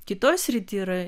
kitoj srity yra